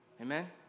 Amen